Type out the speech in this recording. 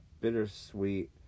bittersweet